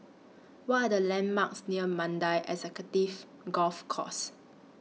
What Are The landmarks near Mandai Executive Golf Course